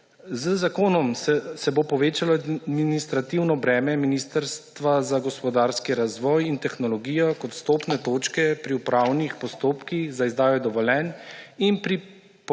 Z zakonom se bo povečalo administrativno breme Ministrstva za gospodarski razvoj in tehnologijo kot vstopne točke pri upravnih postopkih za izdajo dovoljenj in pri